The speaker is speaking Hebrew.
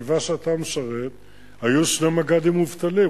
ובחטיבה שאתה משרת היו שני מג"דים מובטלים.